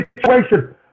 situation